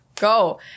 go